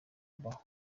ubaho